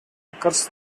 occurs